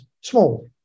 small